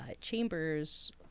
Chambers